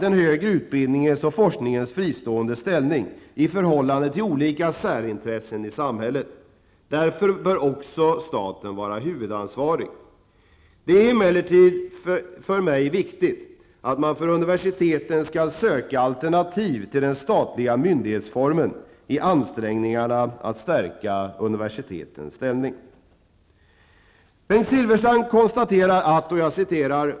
En utveckling är således på väg i riktning mot en maximal frihet för universitet, högskolor och forskningsråd vad gäller beslutsfattandets innehåll. Däremot skall av rättssäkerhetsskäl formerna för antagning, examina, tjänster och fördelning av resurser fastläggas av riksdag och regering.